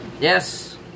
Yes